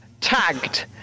Tagged